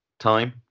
time